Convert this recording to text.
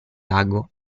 lago